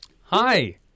Hi